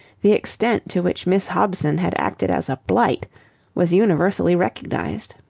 the extent to which miss hobson had acted as a blight was universally recognized.